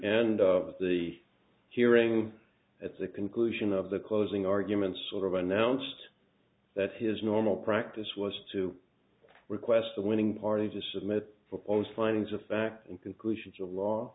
end of the hearing at the conclusion of the closing arguments sort of announced that his normal practice was to request the winning parties to submit proposed findings of fact in conclusion to law